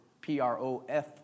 P-R-O-F